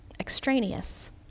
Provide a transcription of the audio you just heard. extraneous